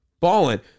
Ballin